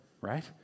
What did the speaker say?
right